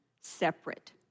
separate